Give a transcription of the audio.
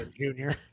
Junior